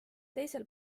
teisel